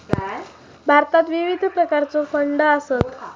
भारतात विविध प्रकारचो फंड आसत